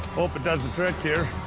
hope it does the trick here.